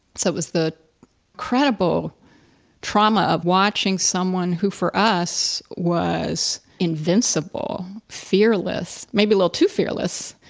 so it was the credible trauma of watching someone who for us was invincible, fearless, maybe a little too fearless,